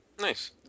Nice